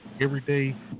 everyday